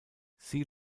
sie